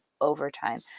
overtime